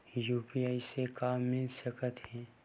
UPI से का मिल सकत हे?